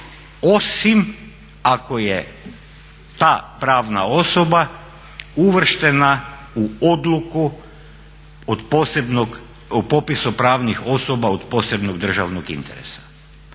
osim ako je ta pravna osoba uvrštena u odluku od posebnog državnog interesa.